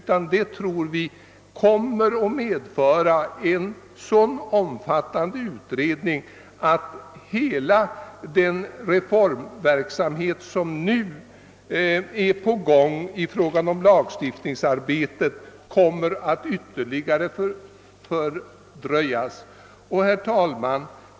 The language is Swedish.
Tvärtom skulle det enligt vår åsikt bli en så omfattande utredning att hela den pågående reformverksamheten på lagstiftningens område skulle ytterligare fördröjas. Herr talman!